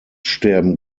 sterben